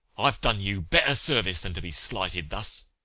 i have done you better service than to be slighted thus.